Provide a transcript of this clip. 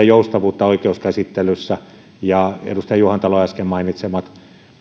joustavuuden lisääminen oikeuskäsittelyssä edustaja juhantalon äsken mainitsemat